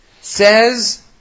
Says